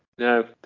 No